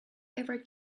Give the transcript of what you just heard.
ever